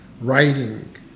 Writing